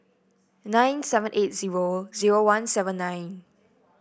nine seven eight zero zero one seven nine